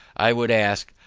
i would ask,